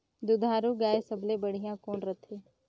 दुधारू गाय सबले बढ़िया कौन रथे?